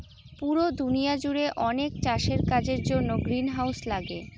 পুরো দুনিয়া জুড়ে অনেক চাষের কাজের জন্য গ্রিনহাউস লাগে